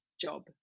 job